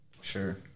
Sure